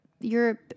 Europe